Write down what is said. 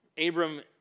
Abram